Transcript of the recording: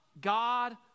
God